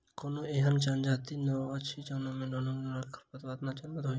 कोनो एहन जजाति नै अछि जाहि मे अनेरूआ खरपात नै जनमैत हुए